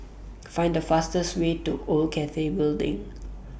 Find The fastest Way to Old Cathay Building